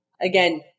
again